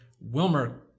Wilmer